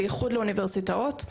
במיוחד לאוניברסיטאות,